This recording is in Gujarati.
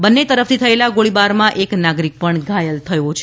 બંને તરફથી થયેલા ગોળીબારમાં એક નાગરિક પણ ઘાયલ થયો હતો